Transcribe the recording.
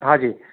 હાજી